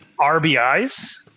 RBIs